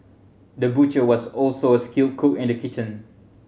the butcher was also a skilled cook in the kitchen